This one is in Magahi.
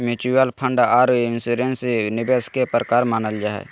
म्यूच्यूअल फंड आर इन्सुरेंस निवेश के प्रकार मानल जा हय